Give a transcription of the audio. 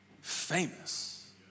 famous